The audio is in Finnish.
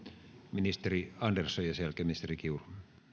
ministeri andersson ja sen jälkeen ministeri kiuru